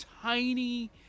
tiny